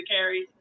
carries